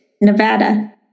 Nevada